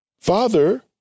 Father